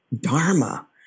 dharma